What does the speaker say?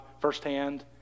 firsthand